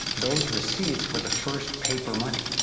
those receipts were the first paper money.